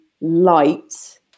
light